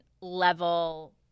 level